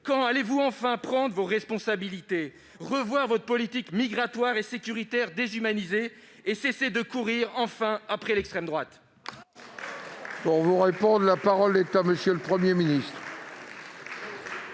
quand allez-vous enfin prendre vos responsabilités, revoir votre politique migratoire et sécuritaire déshumanisée et cesser de courir après l'extrême droite ?